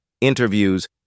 interviews